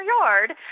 yard